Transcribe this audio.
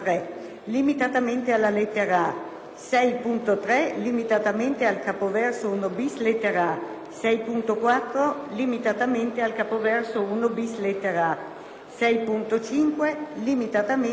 6.3 (limitatamente al capoverso 1-*bis*, lettera a), 6.4 (limitatamente al capoverso 1-*bis*, lettera a), 6.5 (limitatamente al capoverso l-*bis* lettera